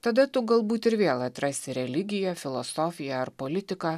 tada tu galbūt ir vėl atrasi religiją filosofiją ar politiką